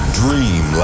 dream